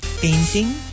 painting